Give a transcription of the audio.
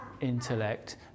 intellect